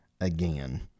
again